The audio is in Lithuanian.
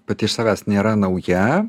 pati iš savęs nėra nauja